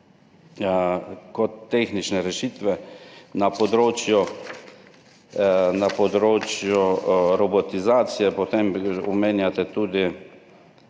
kot tehnične rešitve na področju robotizacije. Potem omenjate tudi,